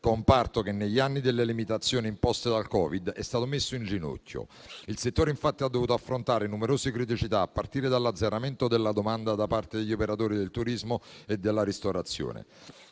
comparto, che negli anni delle limitazioni imposte dal Covid è stato messo in ginocchio. Il settore, infatti, ha dovuto affrontare numerose criticità, a partire dall'azzeramento della domanda da parte degli operatori del turismo e della ristorazione.